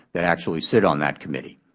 that actually sit on that committee.